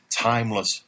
timeless